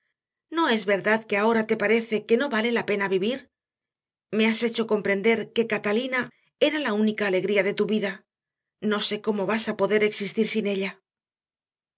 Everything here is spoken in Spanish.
no es verdad que ahora te parece que no vale la pena vivir me has hecho comprender que catalina era la única alegría de tu vida no sé cómo vas a poder existir sin ella